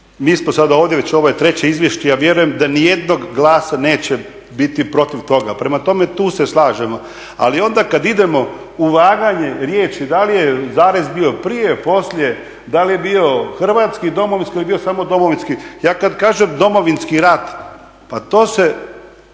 mi smo sada ovdje već, ovo je treće izvješće, da vjerujem da ni jednog glasa neće biti protiv toga. Prema tome, tu se slažemo, ali onda kada idemo u vaganje riječi da li je zarez bio prije, poslije, da li je bio Hrvatski Domovinski ili je bio samo Domovinski, ja kad kažem Domovinski rat, pa to se